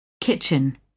KITCHEN